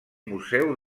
museu